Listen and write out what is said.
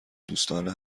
دوستانه